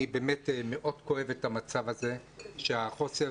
אני באמת מאוד כואב את המצב הזה של חוסר